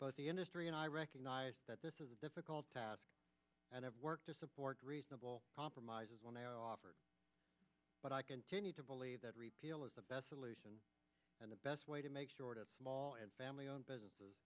both the industry and i recognize that this is a difficult task and have work to support reasonable compromises when i offer but i continue to believe that repeal is the best solution and the best way to make short of small and family owned businesses